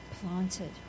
planted